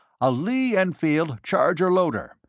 a lee-enfield charger-loader.